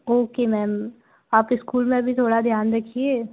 okay ma'am आप school में भी थोड़ा ध्यान रखिए